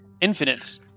infinite